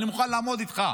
אני מוכן לעבור איתך.